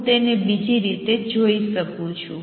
હું તેને બીજી રીતે જોઈ શકું છું